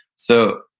so,